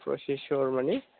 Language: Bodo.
प्रसेसर माने